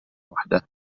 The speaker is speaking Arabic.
وحده